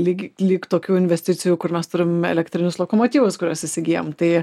ligi lig tokių investicijų kur mes turime elektrinius lokomotyvus kuriuos įsigyjam tai